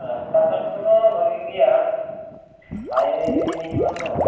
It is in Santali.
ᱨᱟᱥᱛᱟ ᱜᱷᱟᱴ ᱠᱚᱫᱚ ᱵᱷᱟᱹᱜᱤ ᱜᱮᱭᱟ ᱦᱟᱭ ᱚᱣᱮ ᱛᱮᱵᱤᱱ ᱦᱤᱡᱩᱜᱼᱟ ᱛᱚ